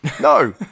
No